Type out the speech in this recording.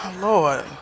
Lord